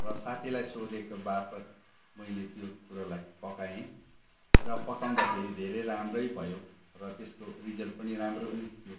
र साथीलाई सोधेको बापत मैले त्यो कुरालाई पकाएँ र पकाउँदाखेरि धेरै राम्रो भयो र त्यसको रिजल्ट पनि राम्रो नै थियो